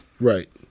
Right